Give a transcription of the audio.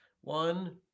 One